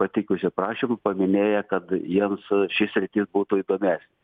pateikusių prašymą paminėję kad jiems ši sritis būtų įdomesnė